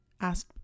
asked